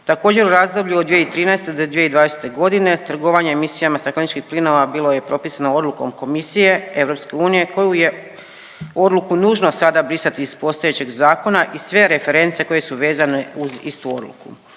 Također u razdoblju od 2013. do 2020. godine trgovanje emisijama stakleničkih plinova bilo je propisano odlukom Komisije EU koju je odluku nužno sada brisati iz postojećeg zakona i sve reference koje su vezane uz istu odluku.